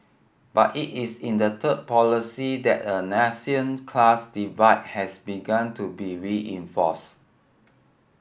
but it is in the third policy that a nascent class divide has begun to be reinforced